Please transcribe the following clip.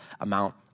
amount